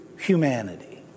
humanity